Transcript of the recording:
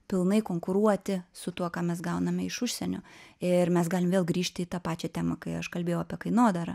pilnai konkuruoti su tuo ką mes gauname iš užsienio ir mes galim vėl grįžti į tą pačią temą kai aš kalbėjau apie kainodarą